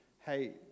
hey